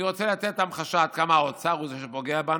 אתן לכם המחשה עד כמה האוצר הוא זה שפוגע בנו.